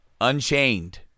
Unchained